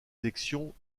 élections